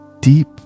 deep